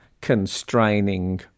constraining